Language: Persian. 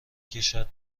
کشد